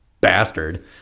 bastard